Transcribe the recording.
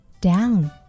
down